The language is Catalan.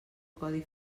codi